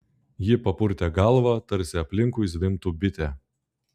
ji papurtė galvą tarsi aplinkui zvimbtų bitė